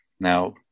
Now